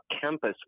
campus